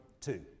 two